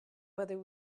whether